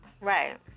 Right